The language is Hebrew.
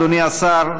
אדוני השר,